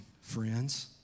friends